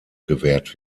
gewährt